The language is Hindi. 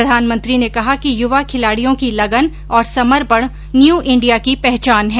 प्रधानमंत्री ने कहा कि युवा खिलाडियों की लगन और समर्पण न्यू इंडिया की पहचान है